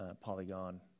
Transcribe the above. polygon